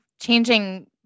changing